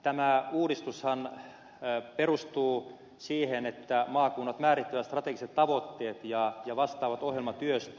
tämä uudistushan perustuu siihen että maakunnat määrittelevät strategiset tavoitteet ja vastaavat ohjelmatyöstä